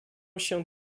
się